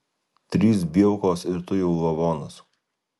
trys bielkos ir tu jau lavonas